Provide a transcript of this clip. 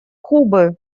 кубы